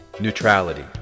Neutrality